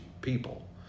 people